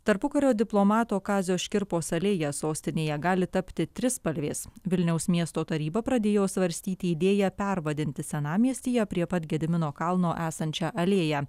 tarpukario diplomato kazio škirpos alėja sostinėje gali tapti trispalvės vilniaus miesto taryba pradėjo svarstyti idėją pervadinti senamiestyje prie pat gedimino kalno esančią alėją